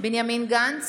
בנימין גנץ,